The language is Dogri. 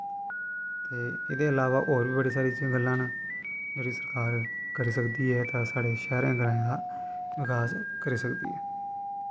ते एह्दे इलाबा होर बी बड़ी सारी गल्लां न सरकार करी सकदी ऐ तां साढ़े शैह्रें ग्राएं दा विकासकरी सकदी ऐ